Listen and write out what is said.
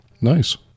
Nice